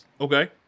Okay